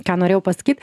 ką norėjau pasakyt